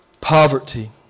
poverty